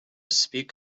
speak